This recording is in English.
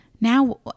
now